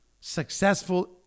successful